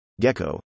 Gecko